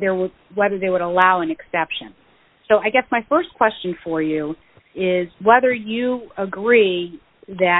there was whether they would allow an exception so i guess my st question for you is whether you agree that